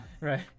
right